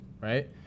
right